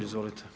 Izvolite.